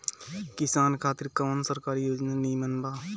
किसान खातिर कवन सरकारी योजना नीमन बा?